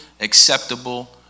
acceptable